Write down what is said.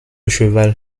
cheval